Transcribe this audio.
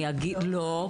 לא,